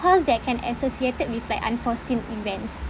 cause that can associated with like unforeseen events